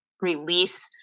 release